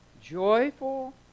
joyful